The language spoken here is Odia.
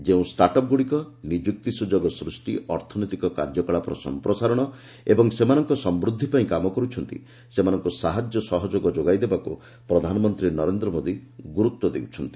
ଯେଉଁସବୁ ଷ୍ଟାର୍ଟ ଅପ୍ଗୁଡ଼ିକ ନିଯୁକ୍ତି ସ୍ପଷ୍ଟି ଅର୍ଥନୈତିକ କାର୍ଯ୍ୟକଳାପର ସମ୍ପ୍ରସାରଣ ଓ ସେମାନଙ୍କ ସମୂଦ୍ଧ ପାଇଁ କାମ କରୁଛନ୍ତି ସେମାନଙ୍କୁ ସାହାଯ୍ୟ ସହଯୋଗ ଯୋଗାଇ ଦେବାକୁ ପ୍ରଧାନମନ୍ତ୍ରୀ ନରେନ୍ଦ୍ର ମୋଦି ଗୁରୁତ୍ୱ ଦେଉଛନ୍ତି